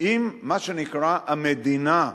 עם מה שנקרא "המדינה".